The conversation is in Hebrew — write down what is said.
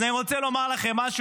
אז אני רוצה לומר לכם משהו,